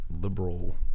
liberal